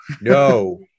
no